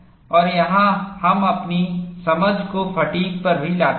और यहाँ हम अपनी समझ को फ़ैटिग् पर भी लाते हैं